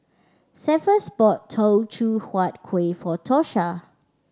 Cephus bought Teochew Huat Kueh for Tosha